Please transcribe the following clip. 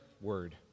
word